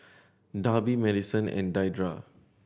Darby Madyson and Deidra